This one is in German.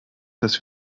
dass